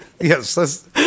yes